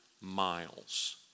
miles